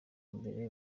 imbere